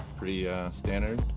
pretty standard,